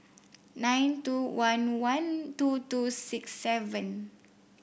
nine two one one two two six seven